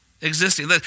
existing